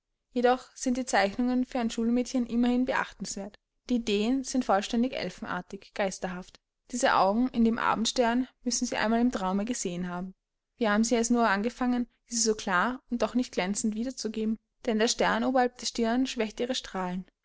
jedoch sind die zeichnungen für ein schulmädchen immerhin beachtenswert die ideen sind vollständig elfenartig geisterhaft diese augen in dem abendstern müssen sie einmal im traume gesehen haben wie haben sie es nur angefangen diese so klar und doch nicht glänzend wieder zu geben denn der stern oberhalb der stirn schwächt ihre strahlen